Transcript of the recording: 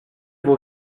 vos